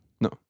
No